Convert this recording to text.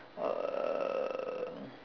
uh